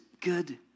good